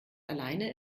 alleine